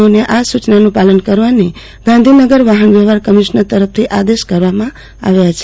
ઓને આ સુચનાનું પાલન કરવાની ગાંધીનગર વાફન વ્યવફાર કમિશ્નર તરફથી આદેશ કરવામાં આવ્યો છે